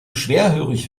schwerhörig